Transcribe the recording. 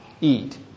eat